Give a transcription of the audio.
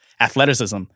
athleticism